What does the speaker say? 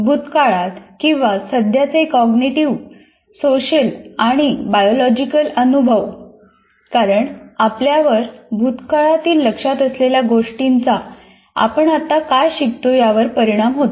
भूतकाळात किंवा सध्याचे कोग्निटिव याचा महत्त्वपूर्ण प्रभाव पडतो